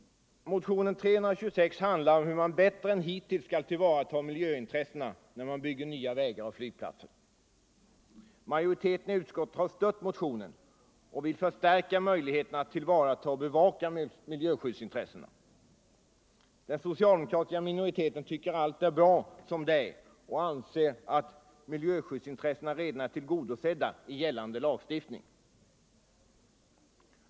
Motionen 326 handlar om hur man bättre än hittills skall tillvarata miljöintressena när man bygger nya vägar och flygplatser. Majoriteten i utskottet har stött motionen och vill förstärka möjligheterna att tillvarata och bevaka miljöskyddsintressena. Den socialdemokratiska minoriteten tycker att allt är bra som det är och anser att miljöskyddsintressena redan är tillgodosedda i gällande lagstiftning.